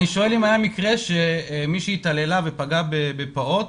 אני שואל אם היה מקרה שמישהי התעללה ופגעה בפעוט,